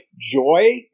joy